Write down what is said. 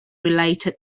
related